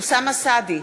אוסאמה סעדי,